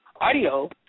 audio